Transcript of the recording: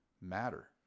matter